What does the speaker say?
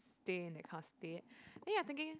stay in that kind of state then you are thinking